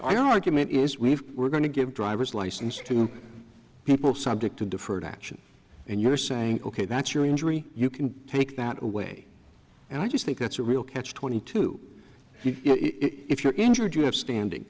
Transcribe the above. argument is we've we're going to give driver's license to people subject to deferred action and you're saying ok that's your injury you can take that away and i just think that's a real catch twenty two if you're injured you have standing